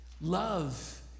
Love